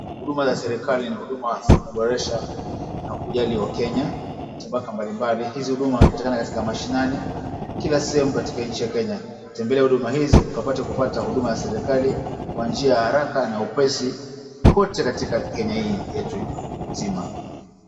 Huduma za serekali ni huduma za kuboresha na kujali wakenya, tabaka mbali mbali, hizi huduma zinapakatika katika mashinani, kila sehemu katika nchi ya Kenya, tembelea huduma hizi, ukapate kupata huduma za serekali, kwa njia ya haraka na upesi, kote katika Kenya hii yetu nzima.